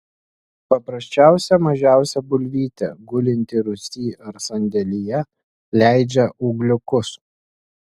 paprasčiausia mažiausia bulvytė gulinti rūsy ar sandėlyje leidžia ūgliukus